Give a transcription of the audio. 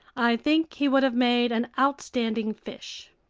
i think he would have made an outstanding fish!